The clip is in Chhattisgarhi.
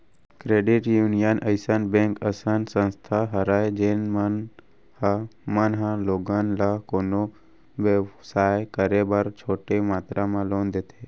क्रेडिट यूनियन अइसन बेंक असन संस्था हरय जेन मन ह मन ह लोगन ल कोनो बेवसाय करे बर छोटे मातरा म लोन देथे